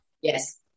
Yes